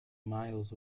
miles